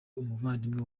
umuvandimwe